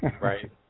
Right